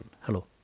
Hello